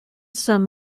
some